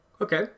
Okay